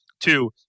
Two